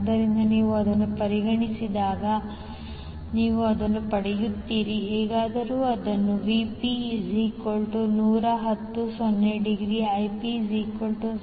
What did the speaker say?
ಆದ್ದರಿಂದ ನೀವು ಅದನ್ನು ಪರಿಹರಿಸಿದಾಗ ನೀವು ಇದನ್ನು ಪಡೆಯುತ್ತೀರಿ ಹೇಗಾದರೂ ಇದನ್ನು V p 110∠0 ° Ip 6